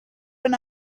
been